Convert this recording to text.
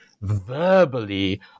verbally